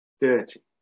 dirty